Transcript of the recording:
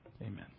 amen